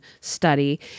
study